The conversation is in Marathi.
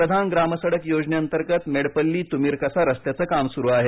पंतप्रधान ग्राम सडक योजनंतर्गत मेडपल्ली तुमीरकसा रस्त्याचं काम सुरु आहे